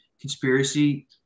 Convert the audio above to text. conspiracy